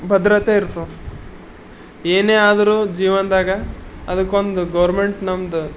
ಭದ್ರತೆ ಇರ್ತದೆ ಏನೇ ಆದರೂ ಜೀವನದಾಗ ಅದಕ್ಕೊಂದು ಗೌರ್ಮೆಂಟ್ ನಮ್ದು